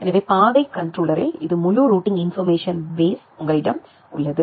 எனவே பாதை கண்ட்ரோலர்ரில் இந்த முழு ரூட்டிங் இன்போர்மேஷன் பேஸ் உங்களிடம் உள்ளது